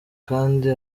kandi